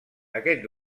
aquest